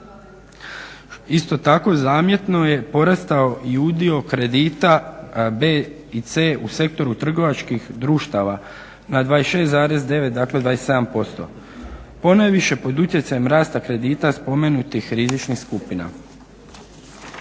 Isto tako, zamjetno je porastao i udio kredita B i C u sektoru trgovačkih društava na 26,9 dakle 27% ponajviše pod utjecajem rasta kredita spomenutih rizičnih skupina.